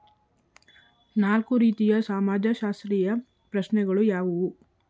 ನಾಲ್ಕು ರೀತಿಯ ಸಮಾಜಶಾಸ್ತ್ರೀಯ ಪ್ರಶ್ನೆಗಳು ಯಾವುವು?